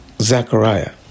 Zechariah